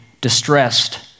distressed